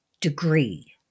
degree